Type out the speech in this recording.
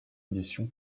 édition